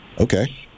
Okay